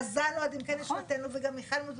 ויאפשרו להם להמשיך ולכבוש את מדינת ישראל מבפנים.